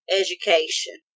education